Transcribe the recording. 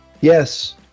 yes